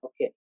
okay